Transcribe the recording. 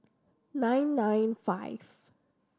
nine nine five